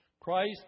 Christ